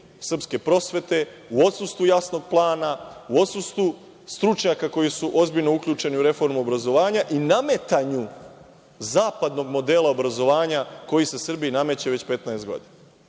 srpske prosvete u odsustvu jasnog plana, u odsustvu stručnjaka koji su ozbiljno uključeni u reformu obrazovanja i nametanju zapadnog modela obrazovanja koji se Srbiji nameće već 15 godina. Evo,